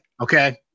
Okay